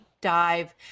dive